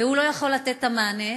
והוא לא יכול לתת את המענה,